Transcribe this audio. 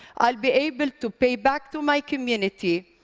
i'll be able to pay back to my community,